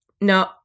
No